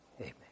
Amen